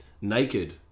naked